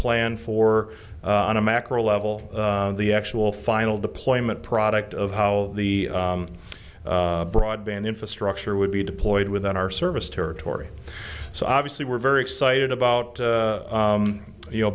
plan for on a macro level the actual final deployment product of how the broadband infrastructure would be deployed within our service territory so obviously we're very excited about you know